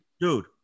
Dude